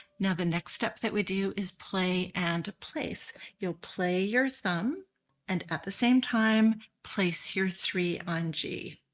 now the next step that we do is play and place. you'll play your thumb and at the same time place your three on g.